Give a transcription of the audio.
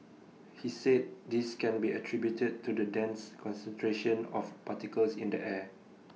he said this can be attributed to the dense concentration of particles in the air